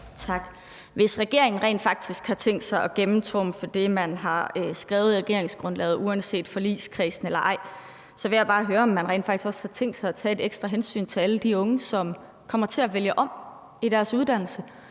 Hvis regeringen rent faktisk har tænkt sig at gennemtrumfe det, man har skrevet i regeringsgrundlaget, uanset forligskredsen eller ej, så vil jeg bare høre, om man rent faktisk også har tænkt sig at tage et ekstra hensyn til alle de unge, som kommer til at vælge om i deres uddannelse.